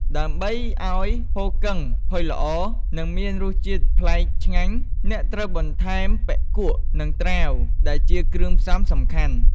ដើម្បីឱ្យហ៊ូគឹងផុយល្អ និងមានរសជាតិប្លែកឆ្ងាញ់ អ្នកត្រូវបន្ថែមបុិគក់ និងត្រាវដែលជាគ្រឿងផ្សំសំខាន់។